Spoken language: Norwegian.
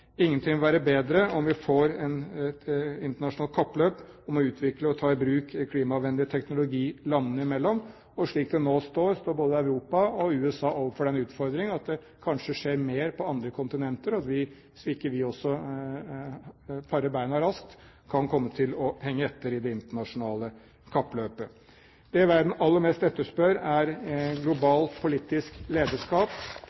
Ingenting vil være bedre enn om vi fikk et internasjonalt kappløp om å utvikle og ta i bruk klimavennlig teknologi landene imellom. Slik det nå er, står både Europa og USA overfor den utfordring at det kanskje skjer mer på andre kontinenter, og hvis ikke vi også parer beina raskt, kan vi komme til å henge etter i det internasjonale kappløpet. Det verden aller mest etterspør, er